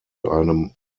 einem